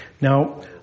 Now